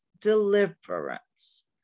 deliverance